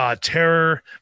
Terror